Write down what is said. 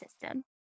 system